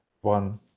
one